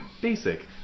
Basic